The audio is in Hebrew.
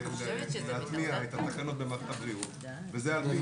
יש דרך להטמיע את התקנות במערכת הבריאות וזה על פי